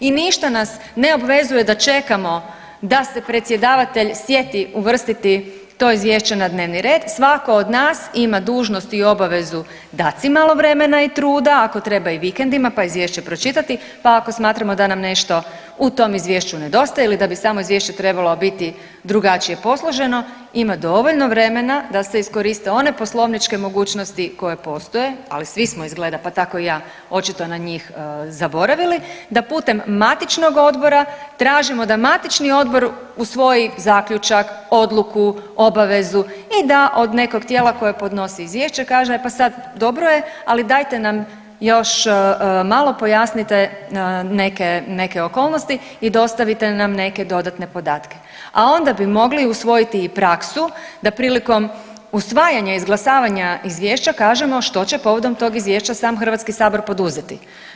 I ništa nas ne obvezuje da čekamo da se predsjedavatelj sjeti uvrstiti to Izvješće na dnevni red, svatko od nas ima dužnost i obaveza dat si malo vremena i truda, ako treba i vikendima pa Izvješće pročitati pa ako smatramo da nam nešto u tom Izvješću nedostaje ili da bi samo Izvješće trebalo biti drugačije posloženo, ima dovoljno vremena da se iskoriste one poslovničke mogućnosti koje postoje, ali svi smo izgleda, pa tako i ja očito na njih zaboravili, da putem matičnog odbora tražimo da matični odbor usvoji zaključak, odluku, obavezu i da od nekog tijela koje podnosi izvješće kaže pa sad, dobro je, ali dajte nam još malo pojasnite neke okolnosti i dostavite nam neke dodatne podatke, a onda bi mogli usvojiti i praksu da prilikom usvajanja i izglasavanja izvješća kažemo što će povodom tog izvješća sam HS poduzeti.